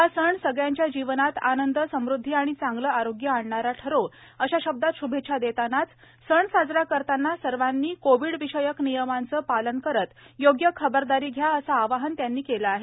हा सण सगळ्यांच्या जीवनात आनंद समुदधी आणि चांगले आरोग्य आणणारा ठरो अशा शब्दांत शुभेच्छा देतानाच सण साजरा करताना सर्वांनी कोविडविषयक नियमांचं पालन करत योग्य खबरदारी घ्या असं आवाहन उपराष्ट्रपतींनी केलं आहे